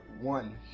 one